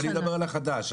אני מדבר על החדש.